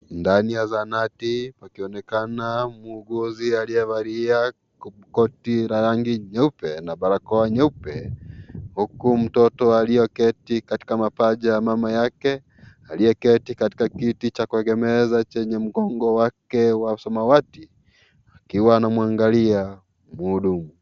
Ndani ya zahanati wakionekana muuguzi aliyevalia koti la rangi nyeupe na barakoa nyeupe huku mtoto aliyeketi katika mapaja ya mama yake aliyeketi katika kiti cha kuegemeza cha mgongo wake wa samawati akiwa anamwangalia muhudumu.